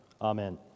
Amen